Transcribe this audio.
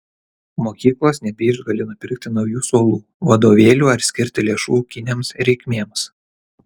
mokyklos nebeišgali nupirkti naujų suolų vadovėlių ar skirti lėšų ūkinėms reikmėms